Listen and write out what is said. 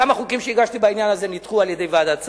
כמה חוקים שהגשתי בעניין הזה נדחו על-ידי ועדת שרים,